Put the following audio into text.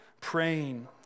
praying